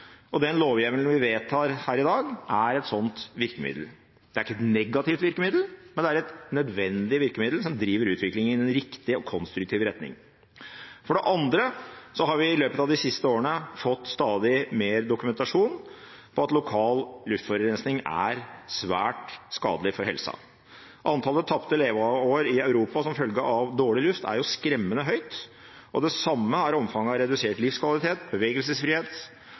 Den lovhjemmelen vi vedtar her i dag, er et slikt virkemiddel. Det er ikke et negativt virkemiddel, men det er et nødvendig virkemiddel som driver utviklingen i riktig og konstruktiv retning. For det andre har vi i løpet av de siste årene fått stadig mer dokumentasjon på at lokal luftforurensning er svært skadelig for helsa. Antallet tapte leveår i Europa som følge av dårlig luft, er jo skremmende høyt, og det samme er omfanget av redusert livskvalitet, bevegelsesfrihet